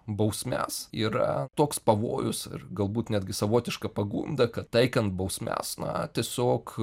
bausmes yra toks pavojus ir galbūt netgi savotiška pagunda kad taikant bausmes na tiesiog